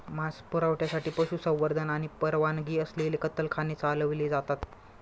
मांस पुरवठ्यासाठी पशुसंवर्धन आणि परवानगी असलेले कत्तलखाने चालवले जातात